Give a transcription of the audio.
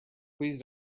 please